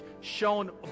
shown